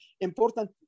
important